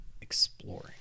exploring